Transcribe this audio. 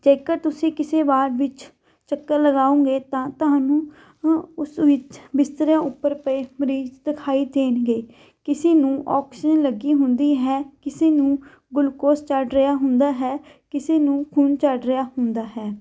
ਜੇਕਰ ਤੁਸੀਂ ਕਿਸੇ ਵਾਡ ਵਿੱਚ ਚੱਕਰ ਲਗਾਓਂਗੇ ਤਾਂ ਤੁਹਾਨੂੰ ਉਸ ਵਿੱਚ ਬਿਸਤਰਿਆਂ ਉੱਪਰ ਪਏ ਮਰੀਜ਼ ਦਿਖਾਈ ਦੇਣਗੇ ਕਿਸੇ ਨੂੰ ਆਕਸੀਜਨ ਲੱਗੀ ਹੁੰਦੀ ਹੈ ਕਿਸੇ ਨੂੰ ਗੁਲੂਕੋਸ ਚੜ੍ਹ ਰਿਹਾ ਹੁੰਦਾ ਹੈ ਕਿਸੇ ਨੂੰ ਖੂਨ ਚੜ੍ਹ ਰਿਹਾ ਹੁੰਦਾ ਹੈ